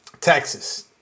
Texas